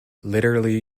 literally